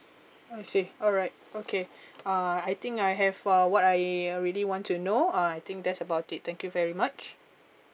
I see alright okay uh I think I have uh what I really want to know uh I think that's about it thank you very much